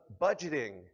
budgeting